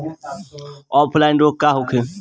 Offline रोग का होखे?